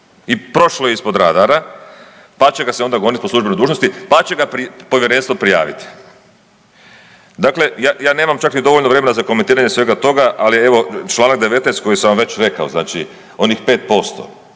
i prošlo je ispod radara, pa će ga se onda goniti po službenoj dužnosti, pa će ga povjerenstvo prijaviti. Dakle, ja nemam čak ni dovoljno vremena za komentiranje svega toga, ali evo članak 19. koji sam vam već rekao, znači onih 5%, tih